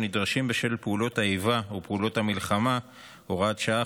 הנדרשים בשל פעולות האיבה או פעולות המלחמה (הוראות שעה,